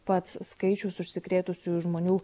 pats skaičius užsikrėtusiųjų žmonių